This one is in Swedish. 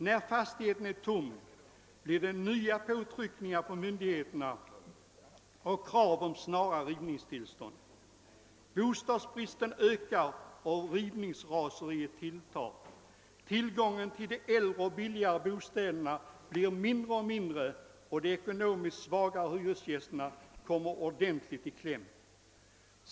När fastigheten är tom blir det nya påtryckningar på myndigheterna och krav om snara rivningstillstånd. Bostadsbristen ökar, och rivningsraseriet tilltar. Tillgången till de äldre och billigare bostäderna blir allt mindre, och de ekonomiskt svagare hyresgästerna kommer ordentligt i kläm.